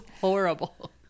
horrible